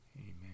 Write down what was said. Amen